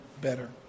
better